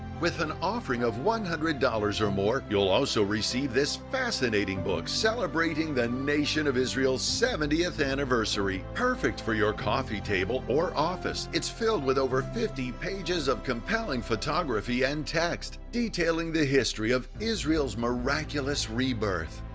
with an offering of one hundred dollars or more you'll also receive this fascinating book celebrating the nation of israel seventieth anniversary perfect for your coffee table or office. it's filled with over fifty pages of compelling photography and text detailing the history of israel's miraculous rebirth.